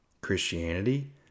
Christianity